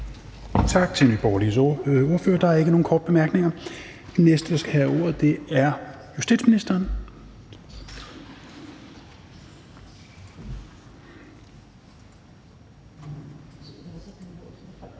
ordfører. Der er ikke nogen korte bemærkninger. Det næste, der skal have ordet, er justitsministeren.